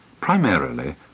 Primarily